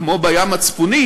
כמו בים הצפוני,